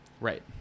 Right